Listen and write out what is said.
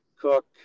Cook